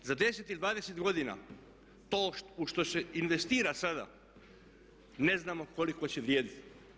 Za 10 i 20 godina to u što se investira sada ne znamo koliko će vrijediti.